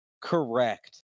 Correct